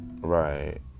right